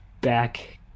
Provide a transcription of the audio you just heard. back